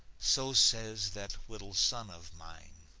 so says that little son of mine.